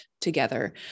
together